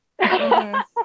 yes